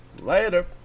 Later